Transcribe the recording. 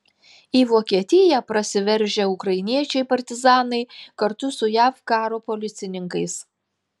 į vokietiją prasiveržę ukrainiečiai partizanai kartu su jav karo policininkais